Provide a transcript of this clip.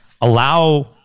allow